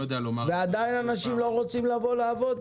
ועדיין אנשים לא רוצים לבוא לעבוד?